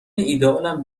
ایدهآلم